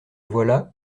voilà